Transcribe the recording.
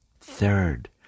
Third